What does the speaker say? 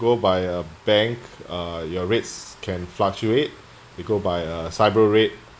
go by a bank uh your rates can fluctuate they go by uh SIBOR rate